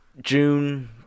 June